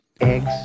Eggs